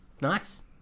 nice